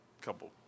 couple